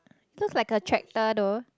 looks like a tractor though